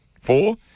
four